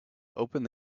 opened